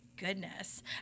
goodness